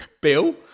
Bill